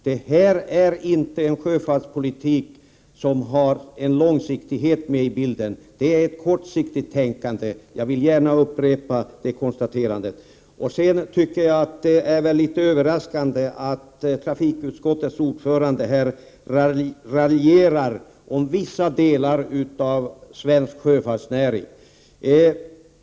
Det här är inte en sjöfartspolitik där långsiktigheten finns med i bilden — det är ett kortsiktigt tänkande! Jag tycker att det är överraskande att trafikutskottets ordförande här raljerar om vissa delar av svensk sjöfartsnäring.